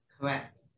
Correct